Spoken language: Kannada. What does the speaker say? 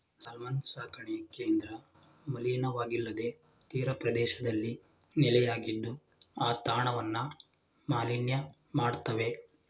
ಸಾಲ್ಮನ್ ಸಾಕಣೆ ಕೇಂದ್ರ ಮಲಿನವಾಗಿಲ್ಲದ ತೀರಪ್ರದೇಶದಲ್ಲಿ ನೆಲೆಯಾಗಿದ್ದು ಆ ತಾಣವನ್ನು ಮಾಲಿನ್ಯ ಮಾಡ್ತವೆ